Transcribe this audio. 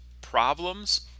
problems